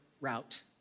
route